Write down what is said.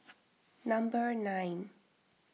number nine